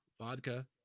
vodka